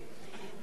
דליה איציק,